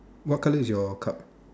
what color is your cup